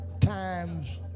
times